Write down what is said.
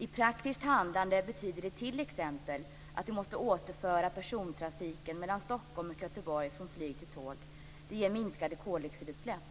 I praktiskt handlande betyder det t.ex. att vi måste återföra persontrafiken mellan Stockholm och Göteborg från flyg till tåg. Det ger minskade koldioxidutsläpp.